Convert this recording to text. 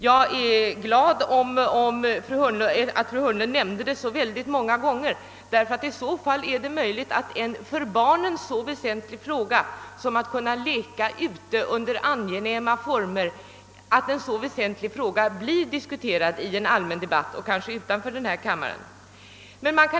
Jag är glad över att fru Hörnlund nämnde denna sak så många gånger, därför att därigenom är det möjligt att en för barnen så väsentlig fråga som att kunna leka ute under angenäma former tas upp i en allmän debatt, kanske utanför denna kammare.